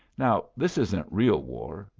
now this isn't real war,